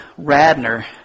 Radner